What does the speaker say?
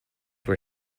were